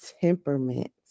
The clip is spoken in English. temperament